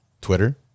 Twitter